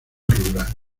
rural